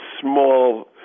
small